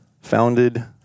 founded